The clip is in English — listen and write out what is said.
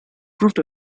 proved